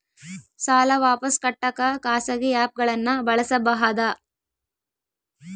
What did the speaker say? ಸಾಲ ವಾಪಸ್ ಕಟ್ಟಕ ಖಾಸಗಿ ಆ್ಯಪ್ ಗಳನ್ನ ಬಳಸಬಹದಾ?